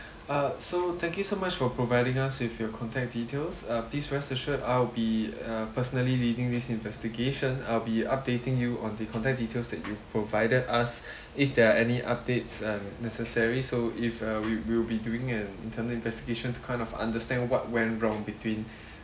uh so thank you so much for providing us with your contact details uh please rest assured I'll be uh personally leading this investigation I'll be updating you on the contact details that you provided us if there are any updates uh necessary so if uh we we'll be doing an internal investigation to kind of understand what went wrong between